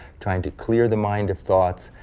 trying to clear the mind of thoughts.